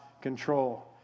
control